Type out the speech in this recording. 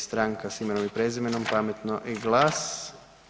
Stranka s Imenom i Prezimenom, Pametnog i GLAS-a.